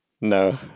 no